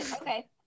okay